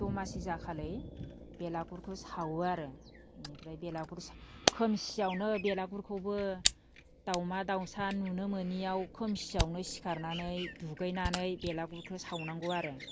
दमासि जाखालि बेलागुरखौ सावो आरो बिनिफ्राय बेलागुर खोमसियावनो बेलागुरखौबो दाउमा दाउसा नुनो मोनैयाव खोमसियावनो सिखारनानै दुगैनानै बेलागुरखौ सावनांगौ आरो